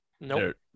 Nope